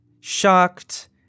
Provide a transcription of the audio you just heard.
shocked